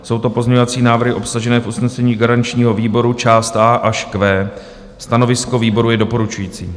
Jsou to pozměňovací návrhy obsažené v usnesení garančního výboru, část A až Q. Stanovisko výboru je doporučující.